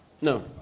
No